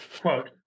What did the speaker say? quote